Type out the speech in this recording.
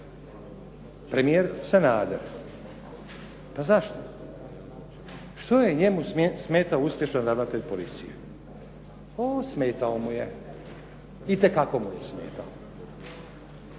Premijer Sanader. Pa zašto? Što je njemu smetao uspješan ravnatelj policije? O smetao mu je! Itekako mu je smetao!